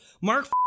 Mark